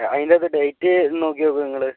അതിൻറ്റകത്ത് date നോക്കിനോക്ക് നിങ്ങൾ